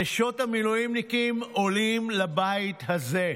נשות המילואימניקים עולות לבית הזה,